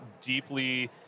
deeply